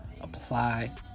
apply